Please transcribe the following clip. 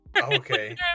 Okay